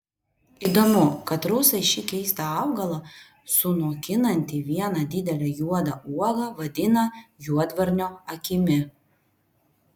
įdomu kad rusai šį keistą augalą sunokinantį vieną didelę juodą uogą vadina juodvarnio akimi